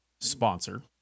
sponsor